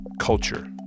culture